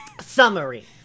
Summary